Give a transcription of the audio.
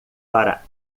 para